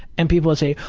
and people would say,